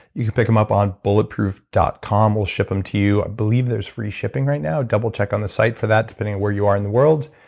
you can pick them up on bulletproof dot com. we'll ship them to you. i believe there's free shipping right now. double check on the site for that, depending on where you are in the world.